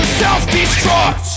Self-destruct